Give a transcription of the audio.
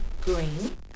Green